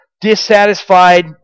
dissatisfied